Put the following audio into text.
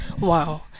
wow